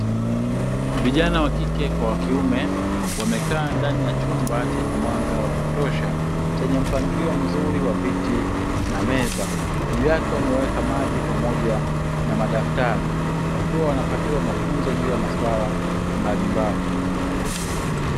Vijana wa kike kwa wa kiume wamekaa ndani ya chumba chenye mwanga wa kutosha. Chenye mpangilio mzuri wa viti na meza, juu yake wameweka maji pamoja na madaftari wakiwa wanapatiwa mafunzo ya maswala mbalimbali.